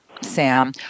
Sam